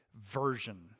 version